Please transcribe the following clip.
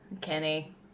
Kenny